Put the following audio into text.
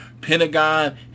Pentagon